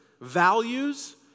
values